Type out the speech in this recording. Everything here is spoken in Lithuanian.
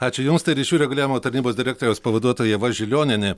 ačiū jums tai ryšių reguliavimo tarnybos direktoriaus pavaduotoja ieva žilionienė